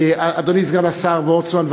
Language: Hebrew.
אדוני סגן השר וורצמן,